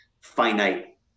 finite